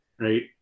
right